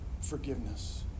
forgiveness